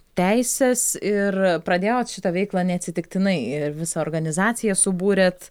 teises ir pradėjot šitą veiklą neatsitiktinai visą organizaciją subūrėt